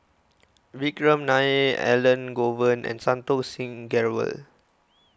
Vikram Nair Elangovan and Santokh Singh Grewal